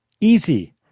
easy